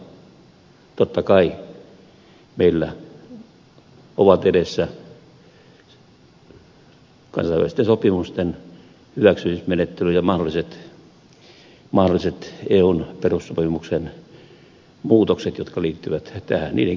totta kai meillä ovat edessä kansainvälisten sopimusten hyväksymismenettely ja mahdolliset eun perussopimuksen muutokset jotka liittyvät niiden käsittelyyn ja hyväksyntään täällä